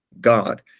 god